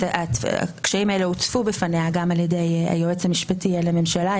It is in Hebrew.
הקשיים האלה הוצפו בפניה גם על ידי היועץ המשפטי לממשלה,